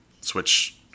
switch